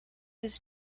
his